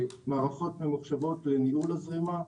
מערכות ממוחשבות לניהול הזרימה.